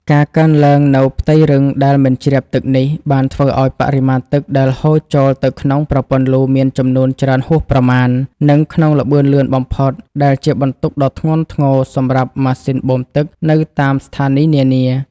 ការកើនឡើងនូវផ្ទៃរឹងដែលមិនជ្រាបទឹកនេះ បានធ្វើឱ្យបរិមាណទឹកដែលហូរចូលទៅក្នុងប្រព័ន្ធលូមានចំនួនច្រើនហួសប្រមាណ និងក្នុងល្បឿនលឿនបំផុត ដែលជាបន្ទុកដ៏ធ្ងន់ធ្ងរសម្រាប់ម៉ាស៊ីនបូមទឹកនៅតាមស្ថានីយនានា។